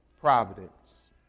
Providence